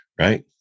right